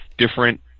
different